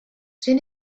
soon